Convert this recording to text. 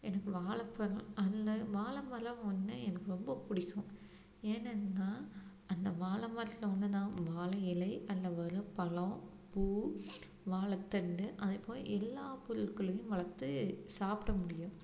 எனக்கு வாழைப்பழம் அந்த வாழைபழம் ஒன்று எனக்கு ரொம்ப பிடிக்கும் ஏன்னென்னால் அந்த வாழை மரத்தில் வந்துன்னா வாழை இலை அதில் வரும் பழம் பூ வாழைத்தண்டு அது போய் எல்லா பொருட்களையும் வளர்த்து சாப்பிட முடியும்